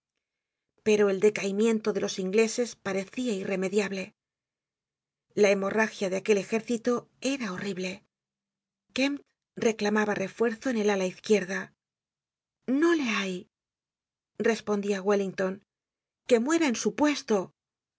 pero el decaimiento de los ingleses parecia irremediable la hemorragia de aquel ejército era horrible kempt reclamaba refuerzo en el ala izquierda no le hay respondia wellington que muera en supuesto